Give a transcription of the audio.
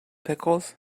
pickles